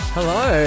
Hello